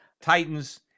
Titans